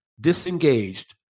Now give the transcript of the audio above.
disengaged